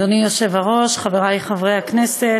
אדוני היושב-ראש, חברי חברי הכנסת,